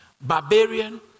barbarian